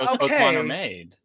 okay